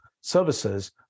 services